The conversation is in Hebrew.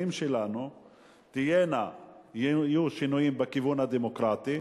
שלנו יהיו שינויים בכיוון הדמוקרטי,